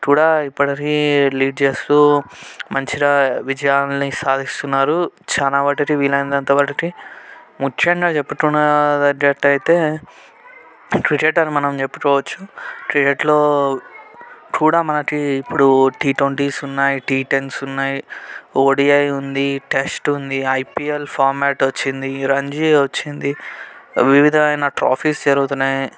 కూడా ఇప్పటికీ లీడ్ చేస్తూ మంచిగా విజయాలని సాధిస్తున్నారు చాలా వాటికి వీలైనంతవాటికి ముఖ్యంగా చెప్పుకోదగ్గది అయినట్లయితే క్రికెట్ అని మనం చెప్పుకోవచ్చు క్రికెట్లో కూడా మనకి ఇప్పుడు టి ట్వంటీస్ ఉన్నాయి టి టెన్స్ ఉన్నాయి ఓడిఐ ఉంది టెస్ట్ ఉంది ఐపీఎల్ ఫార్మేట్ వచ్చింది రంజీ వచ్చింది వివిధమైన ట్రాఫిస్ జరుగుతున్నాయి